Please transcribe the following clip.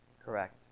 Correct